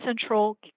central